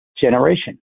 generation